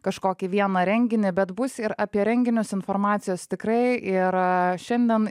kažkokį vieną renginį bet bus ir apie renginius informacijos tikrai ir šiandien